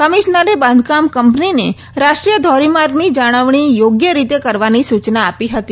કમિશનરે બાંધકામ કંપનીને રાષ્ટ્રીય ધોરીમાર્ગની જાળવણી યોગ્ય રીતે કરવાની સૂચના આપી હતી